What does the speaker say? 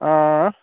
हां